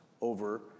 over